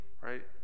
right